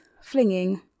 flinging